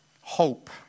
hope